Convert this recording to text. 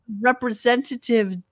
representative